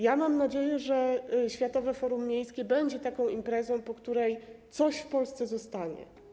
Ja mam nadzieję, że Światowe Forum Miejskie będzie imprezą, po której coś w Polsce zostanie.